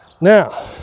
Now